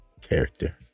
character